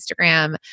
Instagram